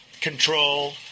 control